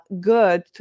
good